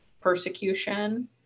persecution